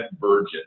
virgin